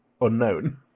Unknown